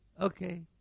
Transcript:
Okay